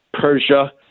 Persia